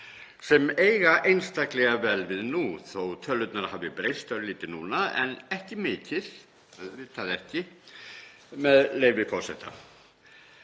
sem eiga einstaklega vel við nú þó að tölurnar hafi breyst örlítið núna, en ekki mikið, auðvitað ekki, með leyfi forseta: